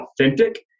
authentic